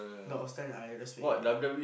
lot of stunt I respect him